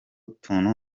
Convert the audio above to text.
tuntu